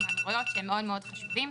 שהם מאוד מאוד חשובים.